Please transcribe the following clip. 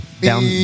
Down